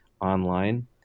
online